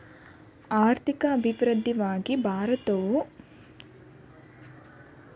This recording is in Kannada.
ಆರ್ಥಿಕ ಅಭಿವೃದ್ಧಿಗಾಗಿ ಭಾರತವು ಸೆಂಟ್ರಲ್ ಬ್ಯಾಂಕಿಂದ ಹಣವನ್ನು ಸಾಲವಾಗಿ ಪಡೆಯುತ್ತದೆ